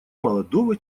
молодого